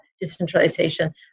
decentralization